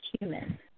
Human